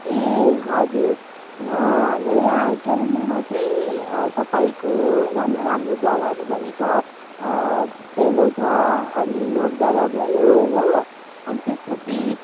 ए हजुर हाम्रो यहाँ कालिम्पोङमा चाहिँ तपाईँको राम्रो राम्रो जग्गाहरू भनेको डेलो छ अनि नोक डाँडा भयो हो अनि त्यसपछि